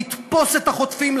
לתפוס את החוטפים,